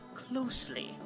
closely